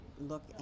look